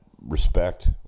respect